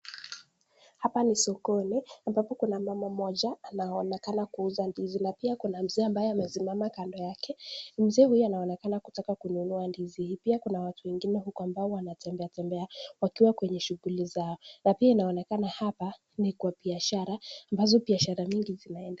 Hapa ni sokoni ambapo kuna mama mmoja anaonekana kuuza ndizi na pia kuna mzee ambaye amesimama kando yake. Mzee huyu anaonekana kutaka kununua ndizi. Pia kuna watu wengine huko ambao wanatembeatembea wakiwa kwenye shughuli zao na pia inaonekana hapa ni kwa biashara ambazo biashara mingi zinaeda.